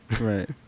Right